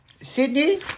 Sydney